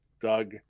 Doug